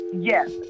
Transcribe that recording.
Yes